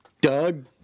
Doug